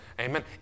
Amen